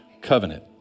Covenant